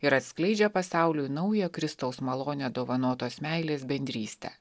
ir atskleidžia pasauliui naują kristaus malone dovanotos meilės bendrystę